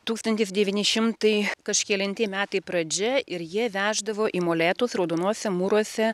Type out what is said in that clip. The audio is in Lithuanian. tūkstantis devyni šimtai kažkelinti metai pradžia ir jie veždavo į molėtus raudonuose mūruose